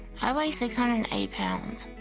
i weighed six hundred and eight pounds.